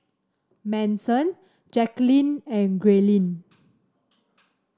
Manson Jacquelin and Grayling